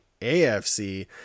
AFC